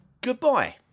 goodbye